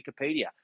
wikipedia